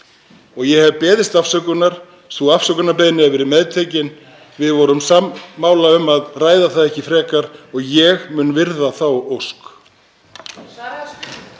Ég hef beðist afsökunar. Sú afsökunarbeiðni hefur verið meðtekin. Við vorum sammála um að ræða það ekki frekar og ég mun virða þá ósk.